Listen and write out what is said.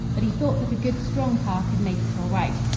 but he thought that a good strong car could make it all right.